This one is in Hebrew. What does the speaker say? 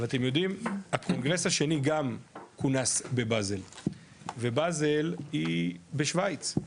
אתם יודעים הקונגרס השני כונס גם בבזל ובזל היא בשוויץ,